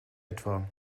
etwa